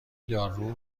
دارو